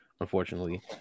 unfortunately